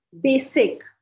basic